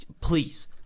please